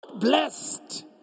blessed